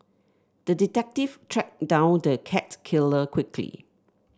the detective tracked down the cat killer quickly